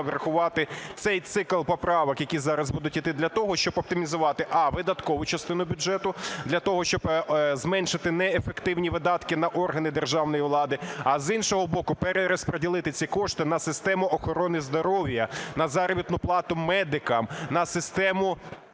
врахувати цей цикл поправок, які зараз будуть іти, для того, щоб оптимізувати: а) видаткову частину бюджету для того, щоб зменшити неефективні видатки на органи державної влади, а з іншого боку перерозподілити ці кошти на систему охорони здоров'я, на заробітну плату медикам, на систему